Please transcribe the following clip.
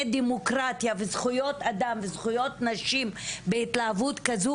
דמוקרטיה וזכויות אדם וזכויות נשים בהתלהבות כזו,